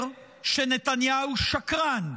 שנתניהו שקרן,